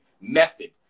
method